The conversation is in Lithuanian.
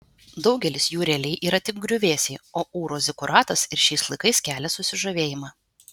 daugelis jų realiai yra tik griuvėsiai o ūro zikuratas ir šiais laikais kelia susižavėjimą